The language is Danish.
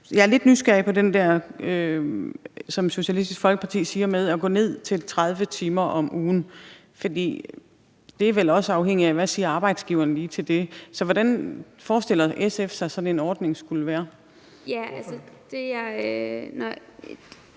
Jeg er lidt nysgerrig på det, som Socialistisk Folkepartis ordfører siger med at gå ned på 30 timer om ugen, for det er vel også afhængigt af, hvad arbejdsgiveren lige siger til det. Så hvordan forestiller SF sig sådan en ordning skulle være? Kl.